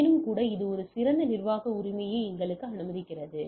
ஆயினும்கூட இது ஒரு சிறந்த நிர்வாக உரிமையை எங்களுக்கு அனுமதிக்கிறது